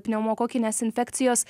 pneumokokinės infekcijos